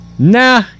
Nah